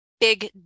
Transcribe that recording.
big